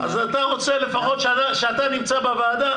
אתה רוצה לפחות כשאתה נמצא בוועדה,